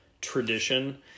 tradition